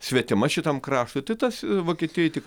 svetima šitam kraštui tai tas vokietijoj tik